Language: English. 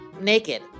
naked